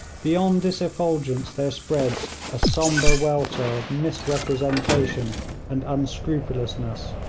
beyond this effulgence there spreads a sombre welter of misrepresentation and unscrupulousness,